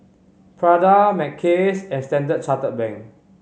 Prada Mackays and Standard Chartered Bank